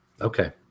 Okay